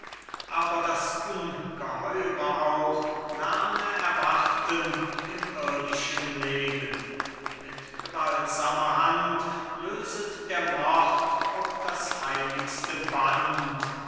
aber das ungeheure auch lerne erwarten im irdischen leben mit gewaltsamer hand löst der mord auch das heiligste band